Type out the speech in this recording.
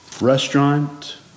restaurant